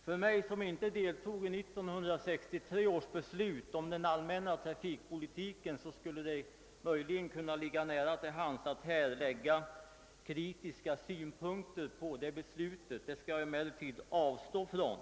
För mig, som inte deltog i 1963 års beslut om den allmänna trafikpolitiken, skulle det möjligen ligga nära till hands att här framföra kritiska synpunkter på det beslutet. Det skall jag emellertid avstå ifrån.